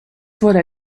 wurde